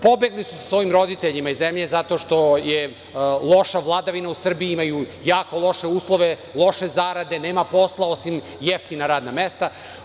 Pobegli su sa svojim roditeljima iz zemlje zašto što je loša vladavina u Srbiji, imaju jako loše uslove, loše zarade, nema posla osim jeftinih radnih mesta.